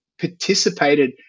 participated